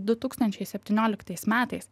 du tūkstančiai septynioliktais metais